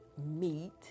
meat